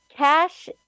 Cash